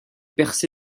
percé